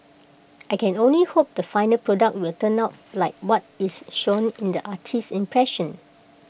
I can only hope the final product will turn out like what is shown in the artist's impressions